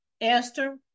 esther